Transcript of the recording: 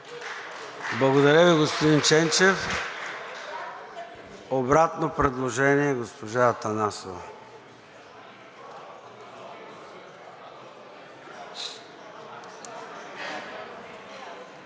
Благодаря, господин Ченчев. Обратно предложение – госпожа Атанасова.